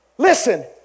Listen